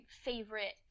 favorite